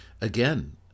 again